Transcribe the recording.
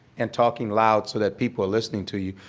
and talking loud so that people are listening to you.